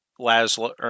Laszlo